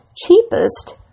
cheapest